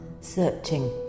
searching